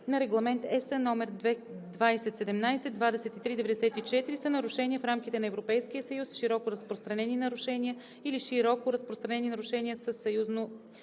на Регламент (ЕС) № 2017/2394, са нарушения в рамките на Европейския съюз, широко разпространени нарушения или широко разпространени нарушения със съюзно